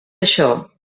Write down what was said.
això